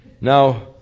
Now